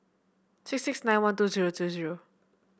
six six nine one two zero two zero